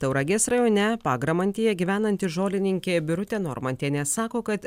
tauragės rajone pagramantyje gyvenanti žolininkė birutė normantienė sako kad